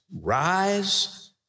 rise